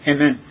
Amen